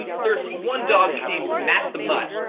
there's one dog named matt the mutt,